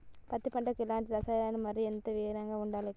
పత్తి పంటకు ఎలాంటి రసాయనాలు మరి ఎంత విరివిగా వాడాలి ఎకరాకి?